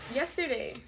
yesterday